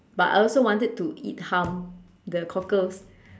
but I also wanted to eat hum the cockles